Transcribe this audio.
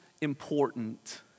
important